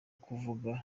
kuvuga